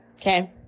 okay